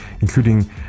including